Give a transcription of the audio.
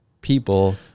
people